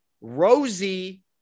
Rosie